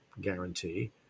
guarantee